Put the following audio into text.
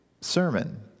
sermon